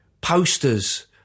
posters